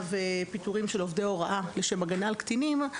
ופיטורין של עובדי הוראה לשם הגנה על קטינים,